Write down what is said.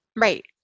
Right